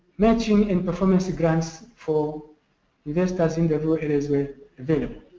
matching and performance grants for investors in the rural areas were available.